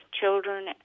children